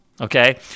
okay